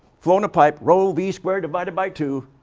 flow in the pipe row b squared divided by two.